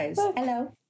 Hello